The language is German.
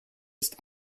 ist